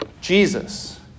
Jesus